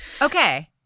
Okay